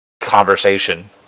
conversation